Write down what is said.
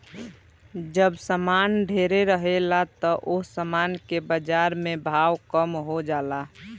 जब सामान ढेरे रहेला त ओह सामान के बाजार में भाव कम हो जाला